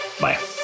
bye